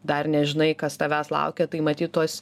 dar nežinai kas tavęs laukia tai matyt tuos